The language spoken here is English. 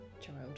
child